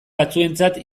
batzuentzat